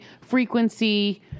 frequency